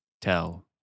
tell